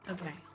Okay